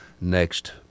next